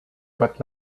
but